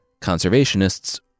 conservationists